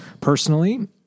personally